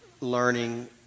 learning